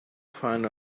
find